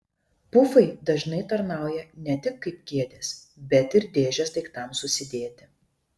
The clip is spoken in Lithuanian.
pufai dažnai tarnauja ne tik kaip kėdės bet ir dėžės daiktams susidėti